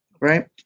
right